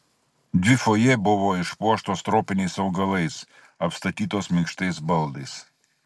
dvi fojė buvo išpuoštos tropiniais augalais apstatytos minkštais baldais